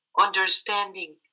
understanding